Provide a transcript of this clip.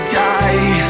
die